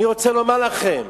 אני רוצה לומר לכם,